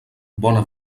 bona